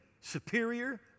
superior